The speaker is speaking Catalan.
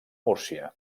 múrcia